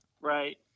right